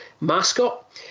mascot